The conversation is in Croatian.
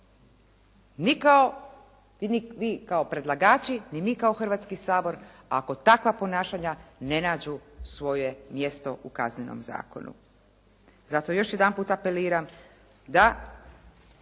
ni vi kao predlagači, ni mi kao Hrvatski sabor, ako takva ponašanja ne nađu svoje mjesto u Kaznenom zakonu. Zato još jedanput apeliram, da